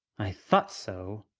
i thought so.